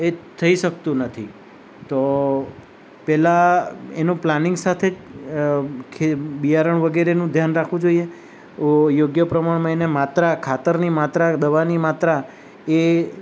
એ થઈ શકતું નથી તો પહેલાં એનું પ્લાનિંગ સાથે ખે બિયારણ વગેરેનું ધ્યાન રાખવું જોઈએ યોગ્ય પ્રમાણમાં એને માત્રા ખાતરની માત્રા દવાની માત્રા એ